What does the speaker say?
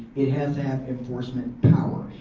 it has an enforcement power.